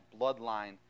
bloodline